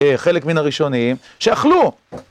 חלק מן הראשונים, שאכלו!